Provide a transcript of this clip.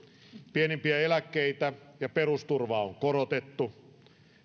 pienimpiä eläkkeitä ja perusturvaa on korotettu